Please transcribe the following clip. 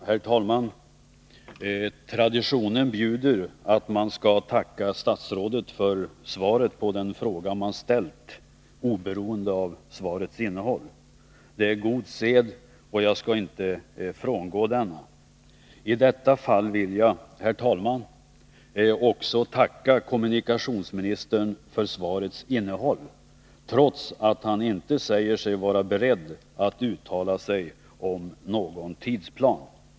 Herr talman! Traditionen bjuder att man skall tacka statsrådet för svaret på den fråga man ställt, oberoende av svarets innehåll. Det är god sed, och jag skall inte frångå den. I detta fall vill jag, herr talman, också tacka kommunikationsministern för rets innehåll, trots att han säger sig inte vara beredd att uttala sig om någon tidsplan.